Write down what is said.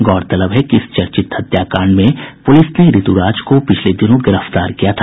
गौरतलब है कि इस चर्चित हत्याकांड में पुलिस ने ऋतु राज को पिछले दिनों गिरफ्तार किया था